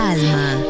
Alma